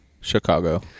Chicago